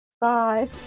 Bye